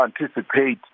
anticipate